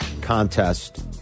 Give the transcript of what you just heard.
contest